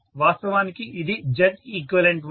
వాస్తవానికి ఇది Zeq1